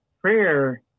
Prayer